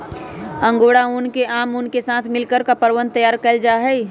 angora ऊन के आम ऊन के साथ मिलकर कपड़वन तैयार कइल जाहई